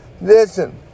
Listen